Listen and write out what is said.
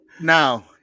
Now